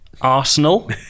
Arsenal